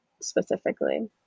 specifically